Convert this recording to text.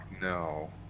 no